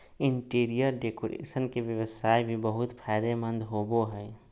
interior decoration के व्यवसाय भी बहुत फायदेमंद होबो हइ